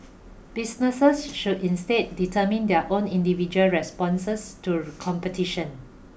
businesses should instead determine their own individual responses to competition